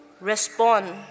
respond